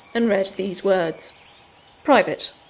and read these words private.